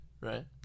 right